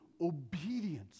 obedience